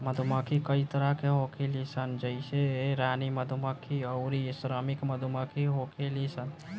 मधुमक्खी कई तरह के होखेली सन जइसे रानी मधुमक्खी अउरी श्रमिक मधुमक्खी होखेली सन